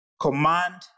command